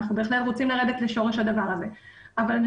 אנחנו בהחלט רוצים לרדת לשורש הדבר הזה.